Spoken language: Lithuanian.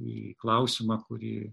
į klausimą kurį